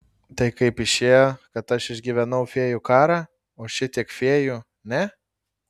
tai kaip išėjo kad aš išgyvenau fėjų karą o šitiek fėjų ne